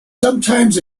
sometimes